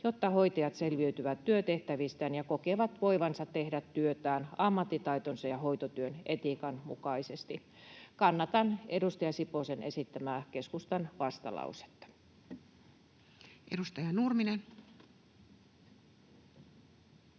jotta hoitajat selviytyvät työtehtävistään ja kokevat voivansa tehdä työtään ammattitaitonsa ja hoitotyön etiikan mukaisesti. Kannatan edustaja Siposen esittämää keskustan vastalausetta. [Speech